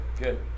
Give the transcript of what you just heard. good